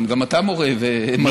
גם אתה מורה ומרצה לשעבר.